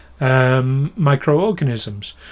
microorganisms